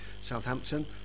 Southampton